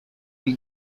than